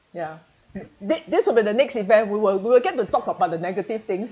ya this this will be the next event we will we will get to talk about the negative things